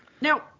Now